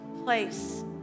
place